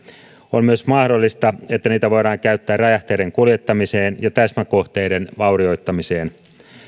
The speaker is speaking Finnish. on myös mahdollista että niitä voidaan käyttää räjähteiden kuljettamiseen ja täsmäkohteiden vaurioittamiseen